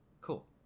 Cool